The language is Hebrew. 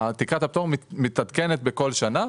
תקרת הפטור מתעדכנת בכל שנה,